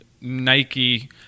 Nike